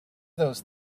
those